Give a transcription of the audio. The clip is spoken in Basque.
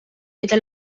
eta